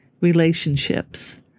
relationships